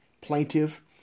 plaintiff